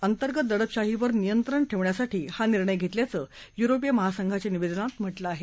अंतर्गत दडपशाहीवर नियंत्रणासाठी हा निर्णय घेतल्याचं युरोपीय महासंघाच्या निवेदनात म्हटलं आहे